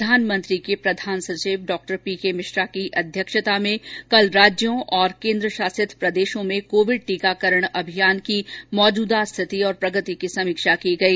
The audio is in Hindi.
प्रधानमंत्री के प्रधान सचिव डॉ पी के मिश्रा की अध्यक्षता में कल राज्यों और केन्द्र शासित प्रदेशों में कोविड टीकाकरण अभियान की मौजूदा स्थिति और प्रगति की समीक्षा की गई